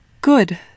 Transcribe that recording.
Good